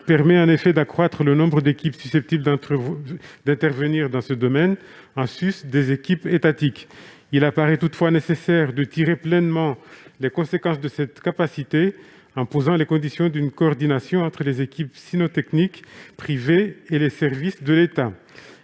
permet en effet d'accroître le nombre d'équipes susceptibles d'intervenir dans ce domaine, en sus des équipes étatiques. Il semble toutefois nécessaire de tirer pleinement les conséquences de cette mesure, en posant les conditions d'une coordination entre les équipes cynotechniques privées et les services de l'État.